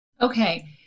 Okay